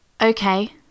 Okay